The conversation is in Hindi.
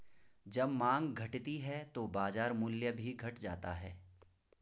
जब माँग घटती है तो बाजार मूल्य भी घट जाता है